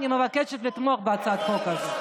אני מבקשת לתמוך בהצעת החוק הזו.